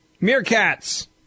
meerkats